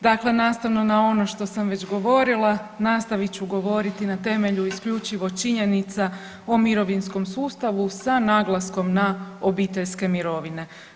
Dakle nastavno na ono što sam već govorila, nastavit ću govoriti na temelju isključivo činjenica o mirovinskom sustavu sa naglaskom na obiteljske mirovine.